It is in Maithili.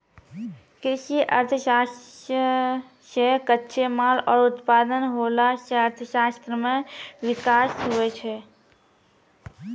कृषि अर्थशास्त्र से कच्चे माल रो उत्पादन होला से अर्थशास्त्र मे विकास हुवै छै